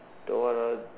the what ah